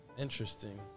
Interesting